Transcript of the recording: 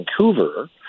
Vancouver